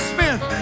Smith